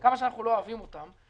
עד כמה שאנחנו לא אוהבים אותם,